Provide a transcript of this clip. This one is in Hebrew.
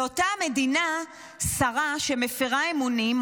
באותה מדינה שרה שמפירה אמונים,